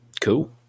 Cool